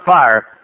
fire